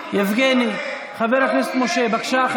יבגני, חבר הכנסת משה, בבקשה.